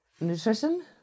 Nutrition